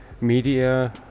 media